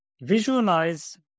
visualize